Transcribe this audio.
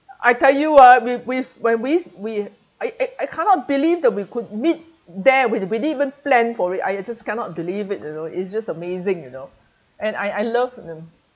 I tell you ah we we when we we I I I cannot believe that we could meet there we d~ we didn't even plan for it I I just cannot believe it you know it's just amazing you know and I I love mm